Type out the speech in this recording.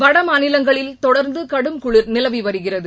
வடமாநிலங்களில் தொடர்ந்து கடும் குளிர் நிலவி வருகிறது